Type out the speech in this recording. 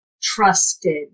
trusted